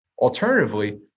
Alternatively